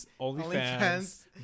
OnlyFans